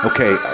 Okay